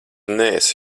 neesi